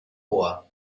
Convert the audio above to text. ohr